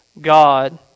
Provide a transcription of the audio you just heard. God